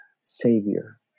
savior